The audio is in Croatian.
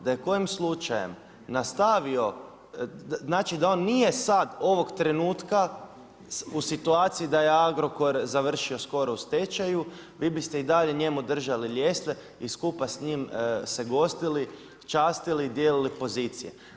Da je kojim slučajem nastavio, znači da on nije sad, ovog trenutka u situaciji da je Agrokor završio skoro u stečaju, vi biste i dalje njemu držali ljestve i skupa s njim se gostili, častili, dijelili pozicije.